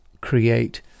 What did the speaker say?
create